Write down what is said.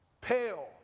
pale